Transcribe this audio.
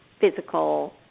physical